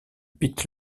pitt